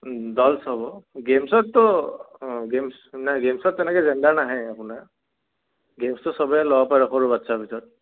dolls হ'ব গে'মছততো অ' গে'মছ নাই গে'মছত তেনেকৈ জেণ্ডাৰ নাহে আপোনাৰ গে'মছটো চবে ল'ব পাৰে সৰু বাচ্ছাৰ ভিতৰত